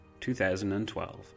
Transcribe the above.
2012